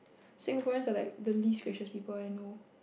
Singaporeans are like the least gracious people that I know